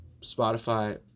Spotify